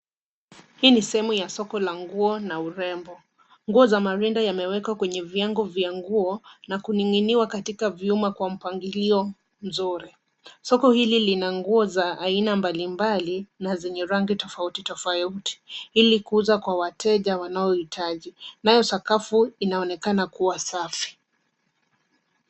Hii ni sehemu ya soko la nguo na urembo. Nguo za marinda yamewekwa kwenye vyengo vya nguo, na kuning'iniwa katika vyuma kwa mpangilio mzuri. Soko hili lina nguo za aina mbalimbali , na zenye rangi tofautitofauti ili kuuza kwa wateja wanaohitaji. Nayo sakafu inaonekana kuwa safi.